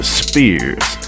spears